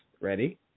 ready